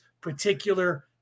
particular